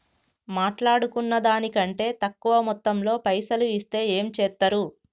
మాట్లాడుకున్న దాని కంటే తక్కువ మొత్తంలో పైసలు ఇస్తే ఏం చేత్తరు?